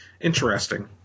interesting